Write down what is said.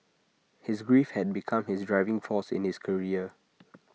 his grief had become his driving force in his career